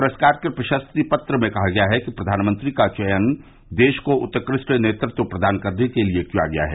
पुरस्कार के प्रशर्ति पत्र में कहा गया है कि प्रधानमंत्री का चयन देश को उत्कृष्ट नेतृत्व प्रदान करने के लिए किया गया है